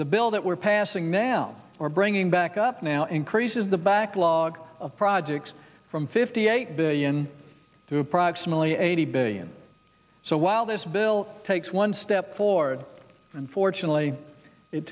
the bill that we're passing now or bringing back up now increases the backlog of projects from fifty eight billion to approximately eighty billion so while this bill takes one step forward unfortunately it